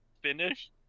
Finish